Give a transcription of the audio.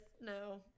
no